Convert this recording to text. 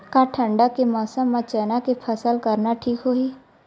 का ठंडा के मौसम म चना के फसल करना ठीक होही?